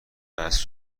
اسب